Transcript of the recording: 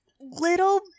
Little